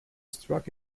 struck